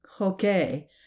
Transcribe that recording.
Okay